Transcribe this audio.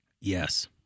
yes